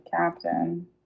captain